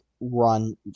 run